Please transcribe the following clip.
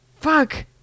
fuck